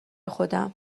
خودم